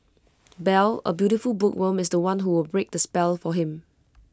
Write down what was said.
bell A beautiful bookworm is The One who will break the spell for him